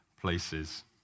places